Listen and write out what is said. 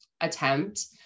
attempt